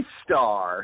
star